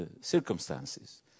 circumstances